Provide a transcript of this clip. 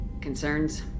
Concerns